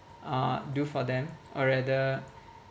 uh do for them or rather